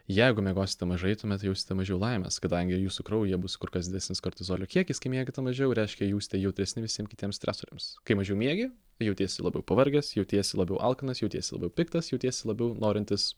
jeigu miegosite mažai tuomet jausite mažiau laimės kadangi jūsų kraujyje bus kur kas didesnis kortizolio kiekis kai miegate mažiau reiškia jūsite jautresni visiem kitiem stresoriams kai mažiau miegi jautiesi labiau pavargęs jautiesi labiau alkanas jautiesi labiau piktas jautiesi labiau norintis